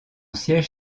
siège